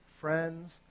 friends